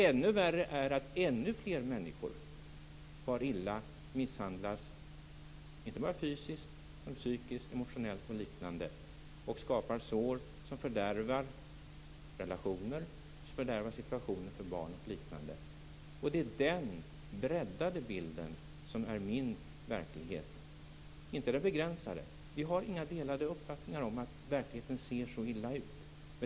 Ännu värre är att ännu fler människor far illa, misshandlas, fysiskt, psykiskt och emotionellt, får sår som fördärvar relationer för barn osv. Det är den breddade bilden som är min verklighet - inte den begränsade. Vi har inga delade uppfattningar om att verkligheten ser så illa ut.